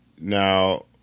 Now